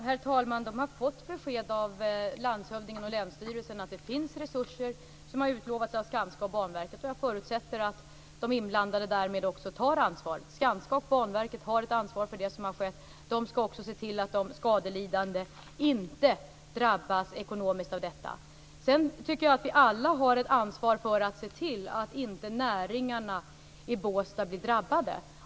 Herr talman! De har fått besked av landshövdingen och länsstyrelsen att det finns resurser som har utlovats av Skanska och Banverket. Jag förutsätter att de inblandade därmed också tar det ansvaret. Skanska och Banverket har ett ansvar för det som har skett. De skall också se till att de skadelidande inte drabbas ekonomiskt av detta. Sedan tycker jag att vi alla har ett ansvar för att se till att inte näringarna i Båstad blir drabbade.